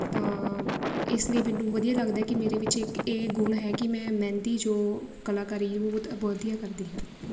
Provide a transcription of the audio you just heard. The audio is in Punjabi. ਤਾਂ ਇਸ ਲਈ ਮੈਨੂੰ ਵਧੀਆ ਲੱਗਦਾ ਕਿ ਮੇਰੇ ਵਿੱਚ ਇੱਕ ਇਹ ਗੁਣ ਹੈ ਕਿ ਮੈਂ ਮਹਿੰਦੀ ਜੋ ਕਲਾਕਾਰੀ ਬਹੁਤ ਵਧੀਆ ਕਰਦੀ ਹਾਂ